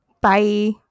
Bye